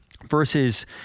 versus